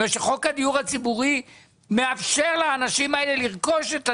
חוק הדיור הציבורי מאפשר לאנשים האלה לרכוש את הדירה,